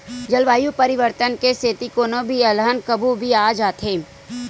जलवायु परिवर्तन के सेती कोनो भी अलहन कभू भी आ जाथे